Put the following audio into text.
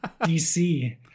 DC